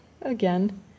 again